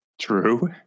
True